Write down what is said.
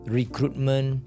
recruitment